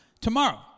tomorrow